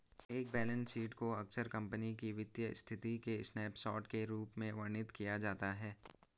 एक balance sheet को अक्सर कंपनी की वित्तीय स्थिति के स्नैपशॉट के रूप में वर्णित किया जाता है